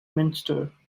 minster